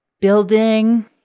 building